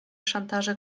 szantaże